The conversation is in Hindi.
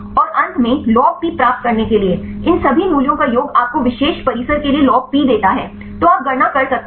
और अंत में लॉग पी प्राप्त करने के लिए इन सभी मूल्यों का योग आपको विशेष परिसर के लिए लॉग पी देता है तो आप गणना कर सकते हैं